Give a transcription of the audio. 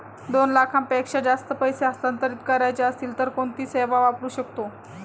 दोन लाखांपेक्षा जास्त पैसे हस्तांतरित करायचे असतील तर कोणती सेवा वापरू शकतो?